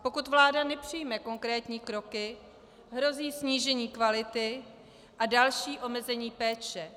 Pokud vláda nepřijme konkrétní kroky, hrozí snížení kvality a další omezení péče.